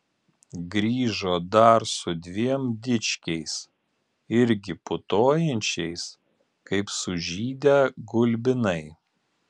grįžo dar su dviem dičkiais irgi putojančiais kaip sužydę gulbinai